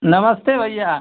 नमस्ते भैया